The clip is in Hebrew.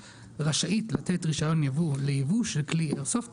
רשאית לתת רישיון ייבוא לייבוא של כלי איירסופט